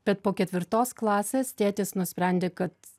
bet po ketvirtos klasės tėtis nusprendė kad